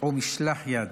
או משלח יד,